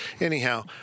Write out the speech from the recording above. Anyhow